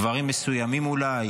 דברים מסוימים אולי,